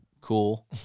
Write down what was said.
cool